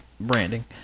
branding